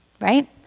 Right